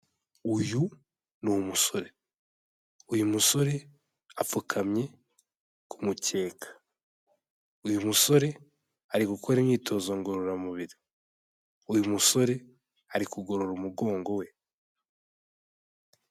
Uyu ni umusore, uyu musore apfukamye ku mukeka, uyu musore ari gukora imyitozo ngororamubiri. Uyu musore ari kugorora umugongo we.